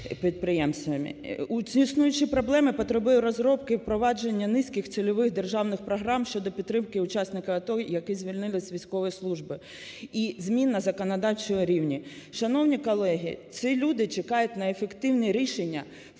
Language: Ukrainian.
підприємцями. Існуючі проблеми потребують розробки і впровадження низки цільових державних програм щодо підтримки учасників АТО, які звільнились з військової служби, і змін на законодавчому рівні. Шановні колеги, ці люди чекають на ефективні рішення